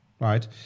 Right